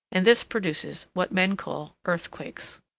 and this produces what men call earthquakes.